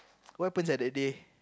what happen sia that day